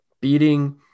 beating